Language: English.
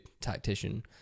tactician